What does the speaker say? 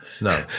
No